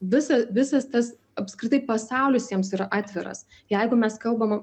visa visas tas apskritai pasaulis jiems yra atviras jeigu mes kalbame